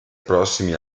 prossimi